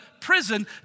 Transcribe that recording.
prison